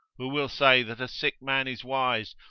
who will say that a sick man is wise,